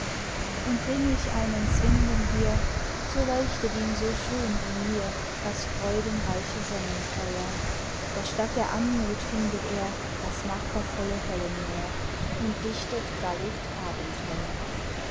und bring ich einen swinden hier so leuchtet ihm so schön wie mir das freudenreiche sonnenfeuer doch statt der anmuth findet er das martervolle höllenmeer und dichtet